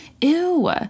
Ew